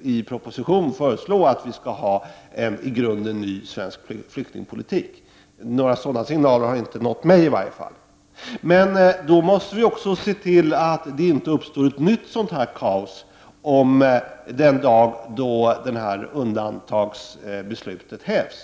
i proposition föreslå en i grunden ny flyktingpolitik. Några sådana signaler har i varje fall inte nått mig. Under sådana förhållanden måste vi dock se till att det inte uppstår ett nytt kaos den dag då undantagsbeslutet hävs.